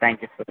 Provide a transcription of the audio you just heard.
thank you sir